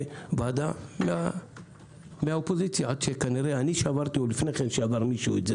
ועדה מהאופוזיציה עד שאני או לפניי שברו את זה.